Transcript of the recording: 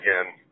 again